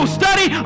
study